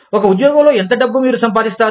ఒక ఉద్యోగంలో ఎంత డబ్బు మీరు సంపాదిస్తారు